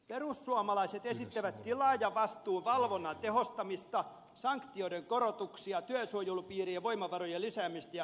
perussuomalaiset esittävät tilaajavastuun valvonnan tehostamista sanktioiden korotuksia työsuojelupiirien voimavarojen lisäämistä ja tarkastusoikeuksien laajentamista